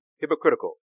hypocritical